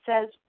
says